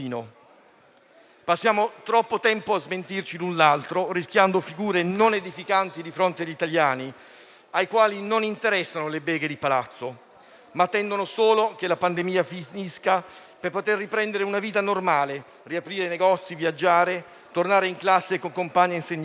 Passiamo troppo tempo a smentirci l'un l'altro, rischiando figure non edificanti di fronte agli italiani, ai quali non interessano le beghe di Palazzo, ma attendono solo che la pandemia finisca per poter riprendere una vita normale, riaprire i negozi, viaggiare, tornare in classe con compagni e insegnanti,